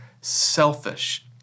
selfish